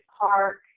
Park